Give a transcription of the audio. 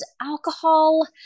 alcohol